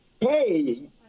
hey